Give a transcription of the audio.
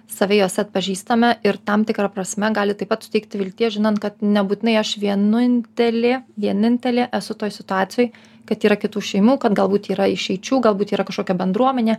save juos atpažįstame ir tam tikra prasme gali taip pat suteikti vilties žinant kad nebūtinai aš vienuntelė vienintelė esu toj situacijoj kad yra kitų šeimų kad galbūt yra išeičių galbūt yra kažkokia bendruomenė